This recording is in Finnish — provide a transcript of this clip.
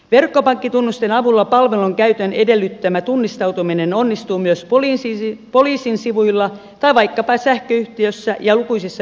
verkkopankkitunnusten avulla palvelun käytön edellyttämä tunnistautuminen onnistuu myös poliisin sivuilla tai vaikkapa sähköyhtiössä ja lukuisissa verkkokaupoissa